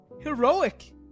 Heroic